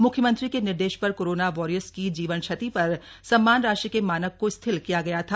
म्ख्यमंत्री के निर्देश पर कोरोना वॉरियर्स की जीवन क्षति पर सम्मान राशि के मानक को शिथिल किया गया था